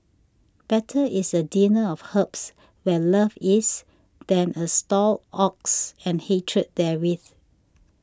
better is a dinner of herbs where love is than a stalled ox and hatred therewith